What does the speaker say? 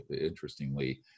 interestingly